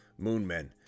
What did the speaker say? Moonmen